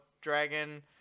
dragon